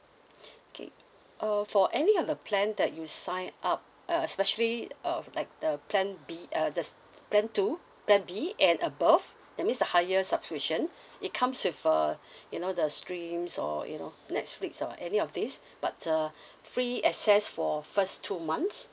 okay uh for any of the plan that you sign up uh especially uh like the plan B uh the plan two plan B and above that means the higher subscription it comes with uh you know the streams or you know netflix or any of this but uh free access for first two months